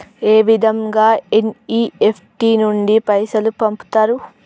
ఏ విధంగా ఎన్.ఇ.ఎఫ్.టి నుండి పైసలు పంపుతరు?